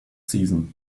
season